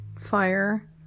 Fire